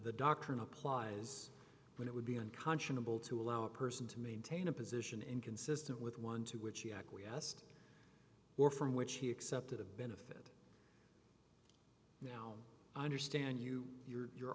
the doctrine applies when it would be unconscionable to allow a person to maintain a position inconsistent with one to which she acquiesced or from which he accepted a benefit now i understand you your your